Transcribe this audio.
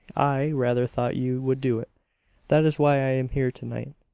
i rather thought you would do it that is why i am here to-night.